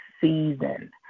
season